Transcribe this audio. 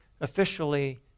officially